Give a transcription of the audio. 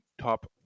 top